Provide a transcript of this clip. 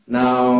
Now